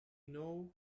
know